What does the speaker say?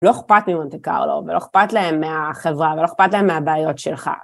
לא אכפת ממנטיקרלו ולא אכפת להם מהחברה ולא אכפת להם מהבעיות שלך.